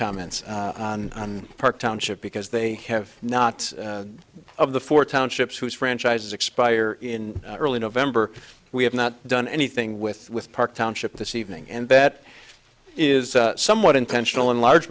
comments on park township because they have not of the four townships whose franchises expire in early november we have not done anything with with park township this evening and that is somewhat intentional in large